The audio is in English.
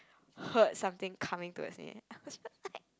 heard something coming towards me